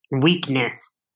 weakness